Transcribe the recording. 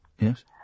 yes